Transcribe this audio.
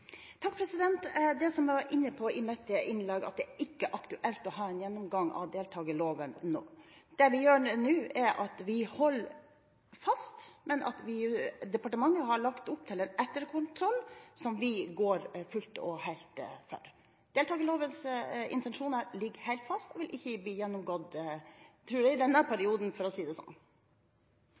Det som jeg var inne på i mitt innlegg, er at det ikke er aktuelt å ha en gjennomgang av deltakerloven nå. Det vi gjør nå, er at vi holder fast ved dette, men departementet har lagt opp til en etterkontroll som vi går fullt og helt for. Deltakerlovens intensjon ligger helt fast og vil ikke bli gjennomgått – tror jeg – i denne perioden, for å si det sånn.